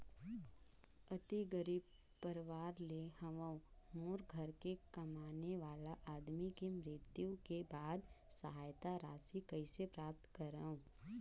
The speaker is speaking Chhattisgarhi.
अति गरीब परवार ले हवं मोर घर के कमाने वाला आदमी के मृत्यु के बाद सहायता राशि कइसे प्राप्त करव?